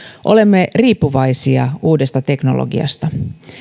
olemme riippuvaisia uudesta teknologiasta